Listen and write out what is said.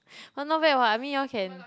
[wah] not bad what I mean you all can